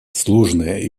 сложные